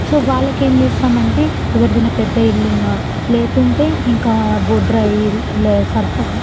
so వాళ్ళకేం చేస్తామంటే ఎవరిదైనా పెద్ద ఇల్లు ఉన్న లేకుంటే ఇంకా బొడ్రాయి ఇలా సర్పంచ్